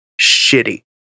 shitty